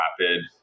rapid